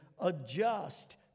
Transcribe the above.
adjust